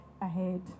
ahead